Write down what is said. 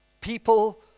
People